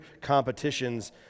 competitions